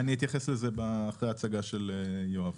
אני אתייחס לזה אחרי ההצגה של יואב.